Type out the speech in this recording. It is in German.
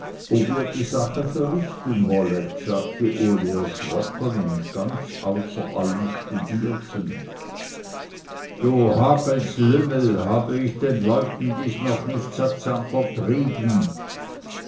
ob ihr die sache verrichten wollet sagte uli erschrocken und ganz außer allem gestudierten du hagels lümmel habe ich den leuten dies noch nicht sattsam vertrieben